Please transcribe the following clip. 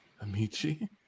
Amici